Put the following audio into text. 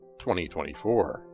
2024